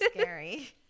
Scary